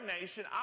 nation